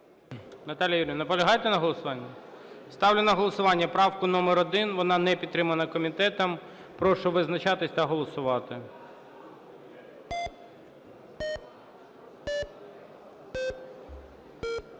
Наталія Юріївна, наполягаєте на голосуванні? Ставлю на голосування правку номер 1. Вона не підтримана комітетом. Прошу визначатися та голосувати. 12:45:26